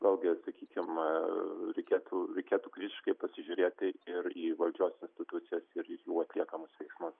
vėl gi sakykim reikėtų reikėtų kritiškai pasižiūrėti ir į valdžios institucijas ir jų atliekamus veiksmus